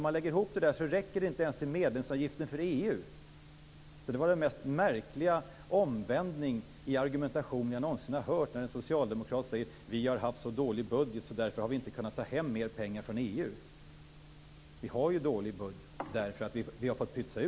Om man lägger ihop det så räcker det inte ens till medlemsavgiften till EU.